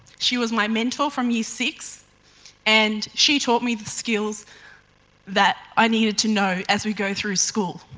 she was my mentor from year six and she taught me the skills that i needed to know as we go through school.